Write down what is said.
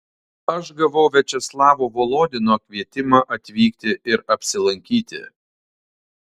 aš gavau viačeslavo volodino kvietimą atvykti ir apsilankyti